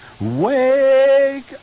Wake